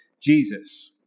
Jesus